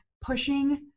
pushing